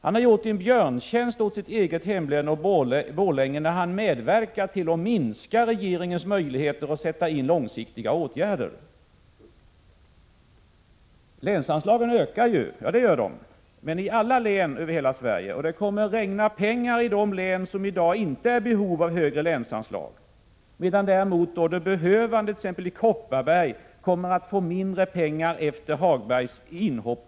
Han har gjort sitt eget hemlän och Borlänge en björntjänst när han medverkat till att minska regeringens möjligheter att vidta långsiktiga åtgärder. Länsanslagen ökar. Ja, det gör de. Och det kommer att regna pengar över de län som i dag inte är i behov av högre länsanslag, medan de behövande i t.ex. Kopparberg kommer att få mindre pengar efter Lars-Ove Hagbergs inhopp.